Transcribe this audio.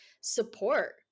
support